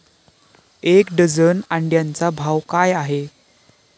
एक डझन अंड्यांचा भाव काय आहे?